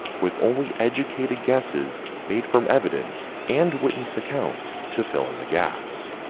with only educated guesses made from evidence and witness accounts to fill in the gaps.